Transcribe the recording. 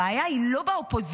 הבעיה היא לא באופוזיציה,